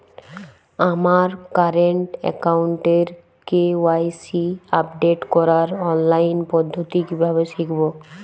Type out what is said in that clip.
আমার কারেন্ট অ্যাকাউন্টের KYC update করার অনলাইন পদ্ধতি কীভাবে শিখব?